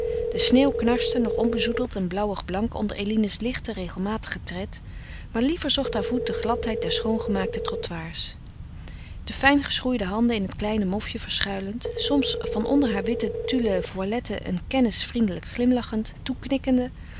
de sneeuw knarste nog onbezoedeld en blauwig blank onder eline's lichten regelmatigen tred maar liever zocht haar voet de gladheid der schoongemaakte trottoirs de fijn geschoeide handen in het kleine mofje verschuilend soms van onder haar witte tulle voilette een kennis vriendelijk glimlachend toeknikkende